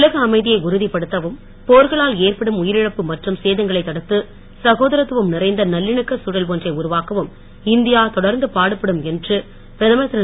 உலக அமைதியை உறுதிப் படுத்தவும் போர்களால் ஏற்படும் உயிரிழப்பு மற்றும் சேதங்களைத் தடுத்து சகோதரத்துவம் நிறைந்த நல்லிணக்கச் சூழல் ஒன்றை உருவாக்கவும் இந்தியா தொடர்ந்து பாடுபடும் என்று பிரதமர் திரு